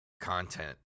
content